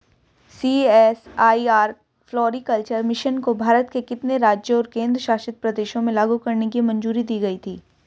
CSIR floriculture mission को भारत के कितने राज्यों और केंद्र शासित प्रदेशों में लागू करने की मंजूरी दी गई थी?